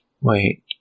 Wait